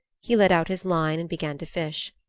he let out his line and began to fish.